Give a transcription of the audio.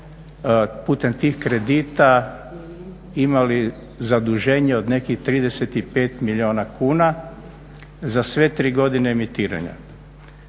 putem tih kredita imali zaduženje od nekih 35 milijuna kuna za sve tri godine emitiranja.